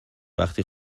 وقتی